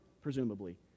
presumably